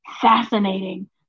fascinating